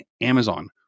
Amazon